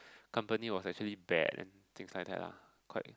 company was actually bad and things like that ah quite